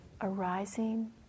arising